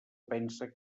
pense